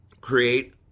Create